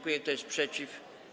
Kto jest przeciw?